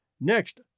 Next